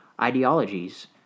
ideologies